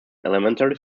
elementary